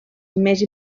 més